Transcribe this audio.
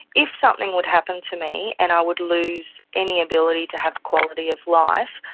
if something would happen to me and i would lose any ability to have quality of life,